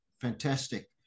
fantastic